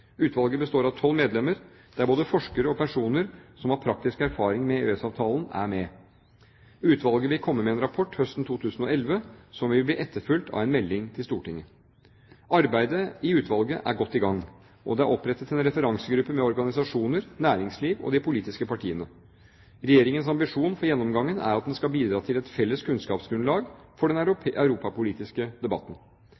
Utvalget består av tolv medlemmer, der både forskere og personer som har praktisk erfaring med EØS-avtalen, er med. Utvalget vil komme med en rapport høsten 2011 som vil bli etterfulgt av en melding til Stortinget. Arbeidet i utvalget er godt i gang, og det er opprettet en referansegruppe med organisasjoner, næringsliv og de politiske partiene. Regjeringens ambisjon for gjennomgangen er at den skal bidra til et felles kunnskapsgrunnlag for den